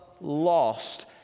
lost